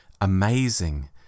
amazing